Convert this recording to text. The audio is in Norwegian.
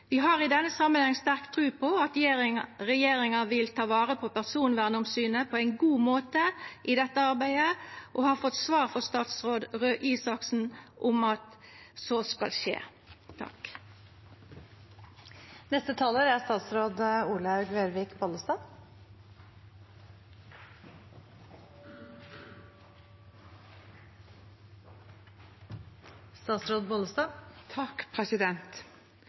Vi har i denne samanhengen sterk tru på at regjeringa vil ta vare på personvernomsynet på ein god måte i dette arbeidet, og har fått svar frå statsråd Røe Isaksen om at så skal skje.